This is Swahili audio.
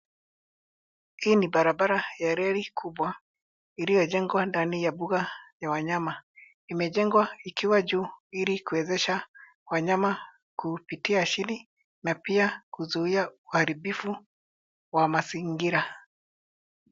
Hii ni barabara ya reli kubwa iliyojengwa ndani ya mbuga ya wanyama. Imejengwa ikiwa juu ilikuwezesha wanyama kupitia chini na pia kuzuia uharibifu wa mazingira.